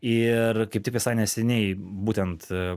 ir kaip tik visai neseniai būtent